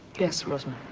yes, rosmer.